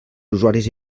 usuaris